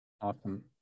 Awesome